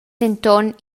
denton